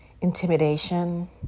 intimidation